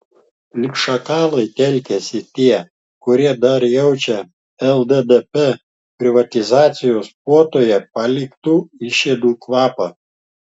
lyg šakalai telkiasi tie kurie dar jaučia lddp privatizacijos puotoje paliktų išėdų kvapą